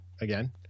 again